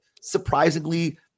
surprisingly